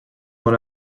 dans